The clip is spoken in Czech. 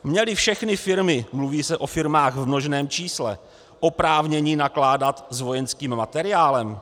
Měly všechny firmy mluví se o firmách v množném čísle oprávnění nakládat s vojenským materiálem?